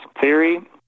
theory